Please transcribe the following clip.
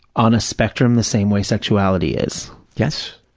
on a spectrum the same way sexuality is. yes.